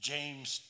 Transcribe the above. James